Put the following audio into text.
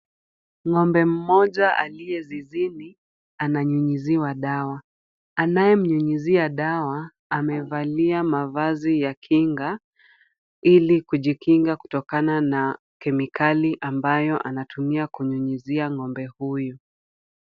Ng'ombe mmoja aliye zizini ananyunyiziwa dawa. Anayemnyunyizia dawa amevalia mavazi ya kinga, ili kujikinga kutokana na kemikali ambayo anatumia kunyunyizia ng'ombe huyu.